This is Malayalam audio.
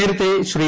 നേരത്തെ ശ്രീ